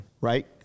right